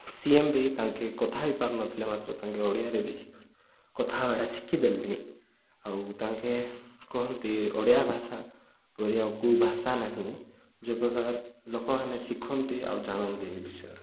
C M ବି ତାଙ୍କେ କଥା ହୋଇପାରୁନଥିଲେ ମାତ୍ର ତାଙ୍କେ ଓଡ଼ିଆରେ ବିି କଥାଗୁଡା ଶିଖିଦେଲେଣି ଆଉ ତାଙ୍କେ କୁହନ୍ତି ଓଡ଼ିଆ ଭାଷା ପରି ଆଉ କେଉଁ ଭାଷା ନାହିଁ ଯେଉଁ ପ୍ରକାର ଲୋକମାନେ ଶିଖନ୍ତି ଆଉ ଜାଣନ୍ତି ଏ ବିଷୟରେ